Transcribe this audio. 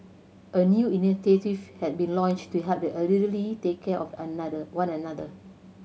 a new initiative has been launched to help the elderly take care of another one another